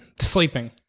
sleeping